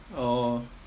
oh